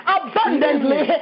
abundantly